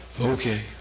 okay